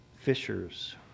fishers